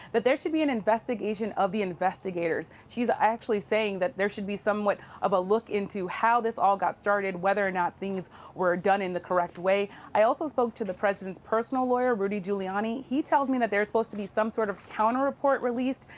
that there should be an investigation of the investigators. she's actually saying that there should be somewhat of a look into how this all got started, whether or not things were done in the correct way. i also spoke to the president's personal lawyer, rudy giuliani. he tells me that they're supposed to be some sort of counter-report released,